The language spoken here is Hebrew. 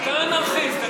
אתה אנרכיסט.